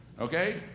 Okay